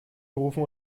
gerufen